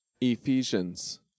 Ephesians